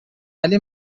علی